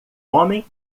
homem